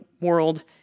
world